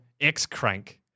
X-Crank